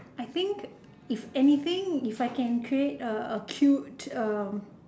I think if anything if I can create a a cute um